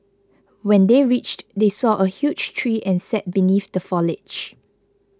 when they reached they saw a huge tree and sat beneath the foliage